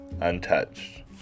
untouched